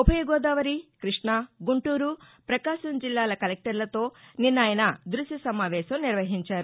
ఉభయ గోదావరి కృష్ణ గుంటూరు ప్రకాశం జిల్లాల కలెక్టర్లతో నిన్న ఆయన దృశ్య సమావేశం నిర్వహించారు